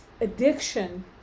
addiction